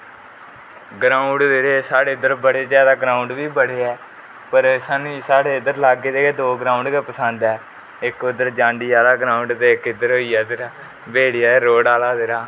ground दे साडे इधर बडे ज्यादा ग्राउंड बी बडे ऐ पर एह् सानू साडे इदर लागे दे गै दौ ग्राउंड पसद ऐ इक उदर जांडी आहला ग्रांउड ते इक इदर होई गया बेडी आहले रौड आहला